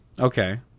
Okay